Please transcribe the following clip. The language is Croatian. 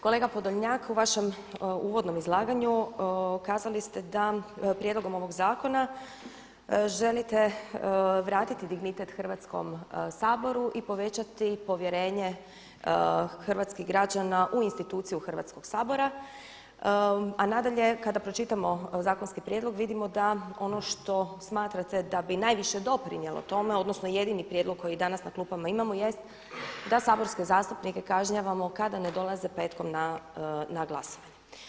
Kolega Podolnjak u vašem uvodnom izlaganju kazali ste da prijedlogom ovog zakona želite vratiti dignitet Hrvatskom saboru i povećati povjerenje hrvatskih građana u instituciju Hrvatskog sabora a nadalje kada pročitamo zakonski prijedlog vidimo da ono što smatrate da bi najviše doprinijelo tome odnosno jedini prijedlog koji danas na klupama imamo jest da saborske zastupnike kažnjavamo kada ne dolaze petkom na glasanje.